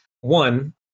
one